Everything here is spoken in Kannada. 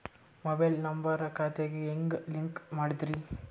ಮೊಬೈಲ್ ನಂಬರ್ ಖಾತೆ ಗೆ ಹೆಂಗ್ ಲಿಂಕ್ ಮಾಡದ್ರಿ?